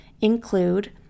include